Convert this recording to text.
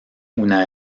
una